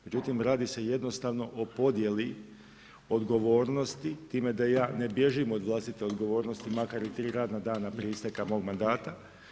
Međutim, radi se jednostavno o podijeli, odgovornosti, time da ja ne bježim od vlastite odgovornosti, makar i 3 radna dana prije isteka mog mandata.